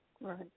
Right